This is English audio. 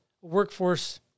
workforce